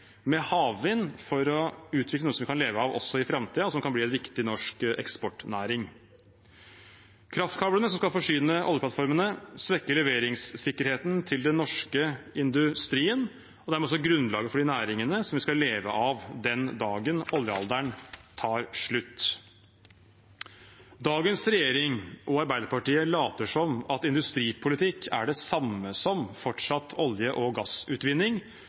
med havvind, for å utvikle noe vi kan leve av også i framtiden, og som kan bli en viktig norsk eksportnæring. Kraftkablene som skal forsyne oljeplattformene, svekker leveringssikkerheten til den norske industrien og dermed også grunnlaget for de næringene vi skal leve av den dagen oljealderen tar slutt. Dagens regjering og Arbeiderpartiet later som om industripolitikk er det samme som fortsatt olje- og gassutvinning.